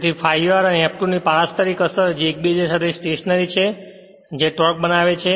તેથી ∅r અને F2 ની પારસ્પરીક અસર જે એકબીજાના સાથે સ્ટેશનરી છે જે ટોર્ક બનાવે છે